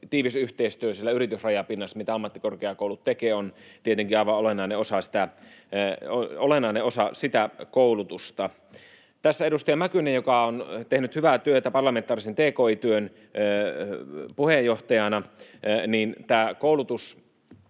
Tiivis yhteistyö yritysrajapinnassa, mitä ammattikorkeakoulut tekevät, on tietenkin aivan olennainen osa sitä koulutusta. Tässä edustaja Mäkynen, joka on tehnyt hyvää työtä parlamentaarisen tki-työn puheenjohtajana, kysyi